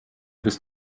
bis